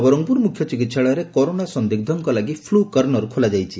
ନବରଙଙପୁର ମୁଖ୍ୟ ଚିକିହାଳୟରେ କରୋନା ସନ୍ଦିଗ୍ସଙ୍କ ଲାଗି ଫ୍ଲ କର୍ଷର ଖୋଲାଯାଇଛି